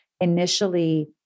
initially